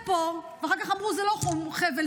אחר כך אמרו: זה לא חבל,